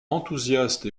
enthousiaste